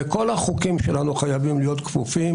וכל החוקים שלנו חייבים להיות כפופים